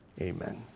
Amen